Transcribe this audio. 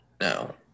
no